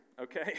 okay